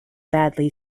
badly